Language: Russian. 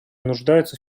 нуждаются